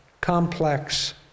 complex